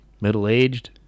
middle-aged